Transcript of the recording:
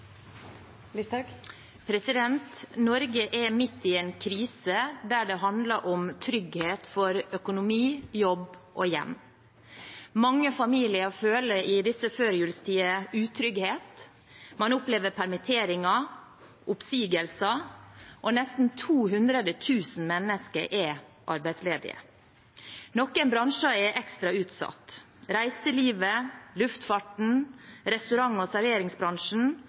Norge er midt i en krise, der det handler om trygghet for økonomi, jobb og hjem. Mange familier føler i disse førjulstider utrygghet. Man opplever permitteringer og oppsigelser, og nesten 200 000 mennesker er arbeidsledige. Noen bransjer er ekstra utsatt: reiselivet, luftfarten, restaurant- og serveringsbransjen